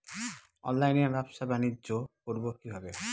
অনলাইনে ব্যবসা বানিজ্য করব কিভাবে?